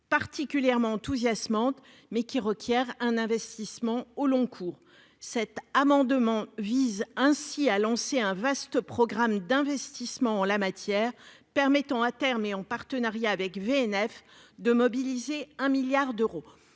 particulièrement enthousiasmante, mais il requiert un investissement au long cours. Cet amendement vise ainsi à lancer un vaste programme d'investissement en la matière permettant, à terme et en partenariat avec VNF, de mobiliser 1 milliard d'euros.